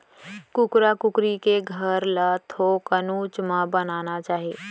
कुकरा कुकरी के घर ल थोकन उच्च म बनाना चाही